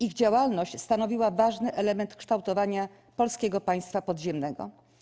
Ich działalność stanowiła ważny element kształtowania Polskiego Państwa Podziemnego.